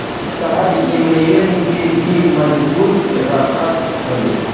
शहद इम्यून के भी मजबूत रखत हवे